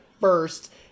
first